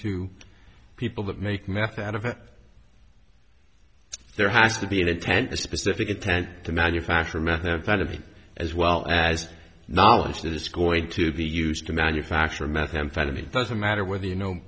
to people that make meth out of there has to be in a tent a specific intent to manufacture methamphetamine as well as knowledge that it's going to be used to manufacture methamphetamine it doesn't matter whether you know